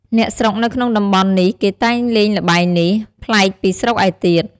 អ្នកស្រុកនៅក្នុងតំបន់នេះគេតែងលេងល្បែងនេះ ប្លែកពីស្រុកឯទៀត ។